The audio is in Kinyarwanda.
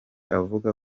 avuga